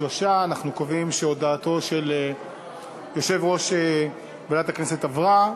3. אנחנו קובעים שהודעתו של יושב-ראש ועדת הכנסת עברה.